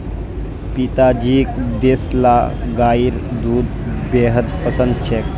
पिताजीक देसला गाइर दूध बेहद पसंद छेक